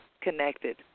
connected